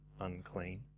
unclean